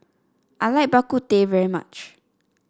I like Bak Kut Teh very much